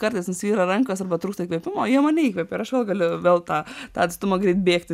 kartais nusvyra rankos arba trūksta įkvėpimo jie mane įkvėpia ir aš vėl galiu vėl tą atstumą greit bėgti